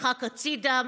נדחק הצידה,